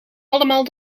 allemaal